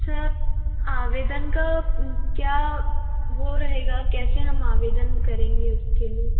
sir आवेदन का क्या वो रहेगा कैसे हम आवेदन करेंगे उसके लिए